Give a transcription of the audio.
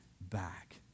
back